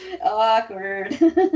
Awkward